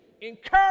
encourage